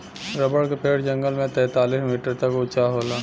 rubber क पेड़ जंगल में तैंतालीस मीटर तक उंचा होला